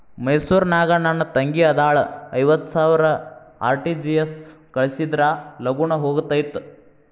ಮೈಸೂರ್ ನಾಗ ನನ್ ತಂಗಿ ಅದಾಳ ಐವತ್ ಸಾವಿರ ಆರ್.ಟಿ.ಜಿ.ಎಸ್ ಕಳ್ಸಿದ್ರಾ ಲಗೂನ ಹೋಗತೈತ?